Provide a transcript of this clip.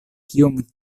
kiom